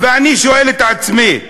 ואני שואל את עצמי: